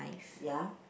ya